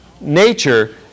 nature